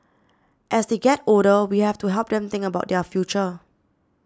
as they get older we have to help them think about their future